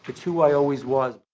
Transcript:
who i always was.